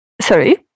Sorry